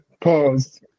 Pause